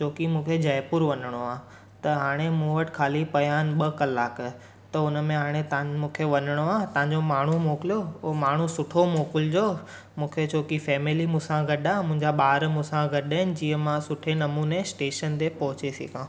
छोकी मूंखे जयपुर वञिणो आहे त हाणे मूं वटि ख़ाली पिया आहिनि ॿ कलाक त हुन में हाणे तव्हां मूंखे वञणो आहे तव्हांजो माण्हू मोकिलियो हो माण्हू सुठो मोकिलिजो मूंखे छोकी फैमिली मूंसां गॾु आहे मुंहिंजा ॿार मूंसां गॾु आहिनि जीअं मां सुठे नमूने स्टेशन ते पहुची सघां